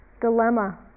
dilemma